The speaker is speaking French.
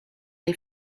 les